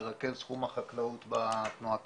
מרכז תחום החקלאות בתנועה הקיבוצית.